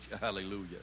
Hallelujah